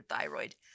thyroid